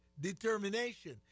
determination